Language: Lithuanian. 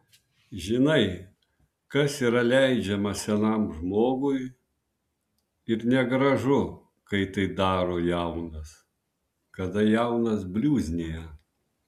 žinai kas yra leidžiama senam žmogui ir negražu kai tai daro jaunas kada jaunas bliuznija